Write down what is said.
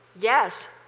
Yes